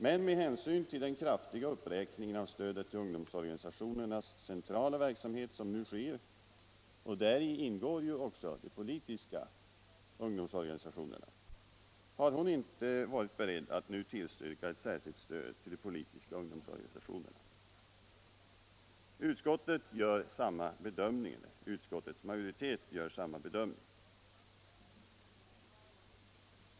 Men med hänsyn till den kraftiga uppräkning av stödet till ungdomsorganisationernas centrala verksamhet som nu sker — och det omfattar även de politiska ungdoms organisationerna — har hon inte varit beredd att nu tillstyrka ett särskilt stöd till de politiska ungdomsorganisationerna. Utskottets majoritet gör samma bedömning.